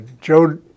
Joe